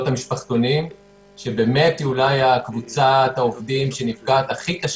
המשפחתונים שהן אולי באמת קבוצת העובדים שנפגעת הכי קשה